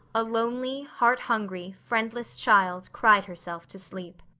a lonely, heart-hungry, friendless child cried herself to sleep.